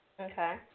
Okay